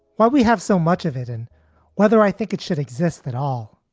well, we have so much of it and whether i think it should exist at all.